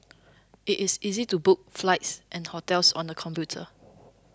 it is easy to book flights and hotels on the computer